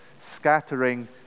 scattering